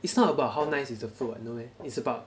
it's not about how nice is the food [what] no meh it's about